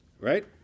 right